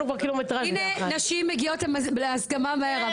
בבקשה, הנה נשים מגיעות להסכמה מהר.